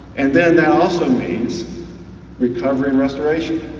and then that also means recovering restoration,